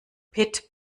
pit